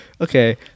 okay